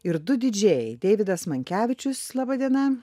ir du didžėjai deividas mankevičius laba diena